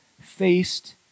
faced